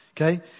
okay